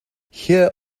here